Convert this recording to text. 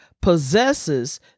possesses